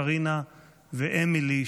קרינה ואמילי,